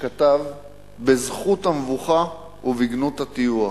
"בזכות המבוכה ובגנות הטיוח".